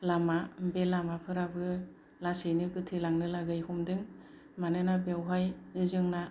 लामा बे लामाफोराबो लासैनो होथेलांजानो हमदों मानोना बेवहाय जोंना